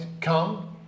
come